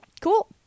cool